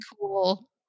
cool